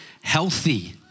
Healthy